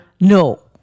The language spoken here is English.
No